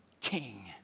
king